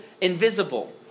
invisible